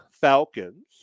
Falcons